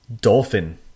Dolphin